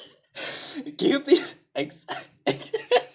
can you please ex~ ex~